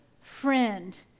friend